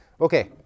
Okay